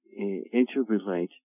interrelate